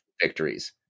victories